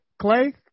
Clay